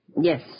Yes